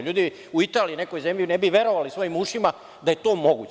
LJudi u Italiji, u nekoj zemlji, ne bi verovali svojim ušima da je to moguće.